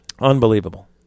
Unbelievable